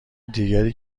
دیگری